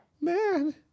man